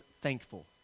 thankful